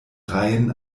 reihen